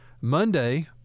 Monday